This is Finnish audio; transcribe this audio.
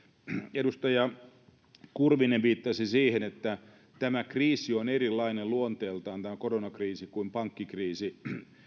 edustaja kurvinen viittasi siihen että tämä koronakriisi on erilainen luonteeltaan kuin pankkikriisi